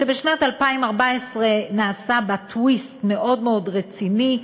שבשנת 2014 נעשה בה טוויסט מאוד מאוד רציני,